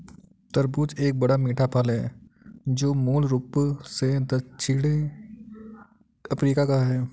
तरबूज एक बड़ा, मीठा फल है जो मूल रूप से दक्षिणी अफ्रीका का है